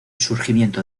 surgimiento